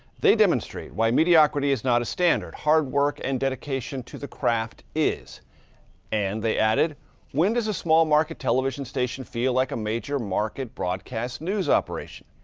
they demonstrate why mediocrity is not a standard hard work and dedication to the craft is and they added when does a small market television station feel like a major market broadcast news operation?